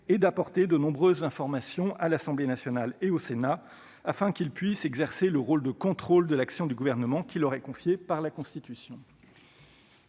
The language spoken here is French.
et d'apporter de nombreuses informations à l'Assemblée nationale et au Sénat afin que le Parlement puisse exercer le rôle de contrôle de l'action du Gouvernement qui lui est confié par la Constitution.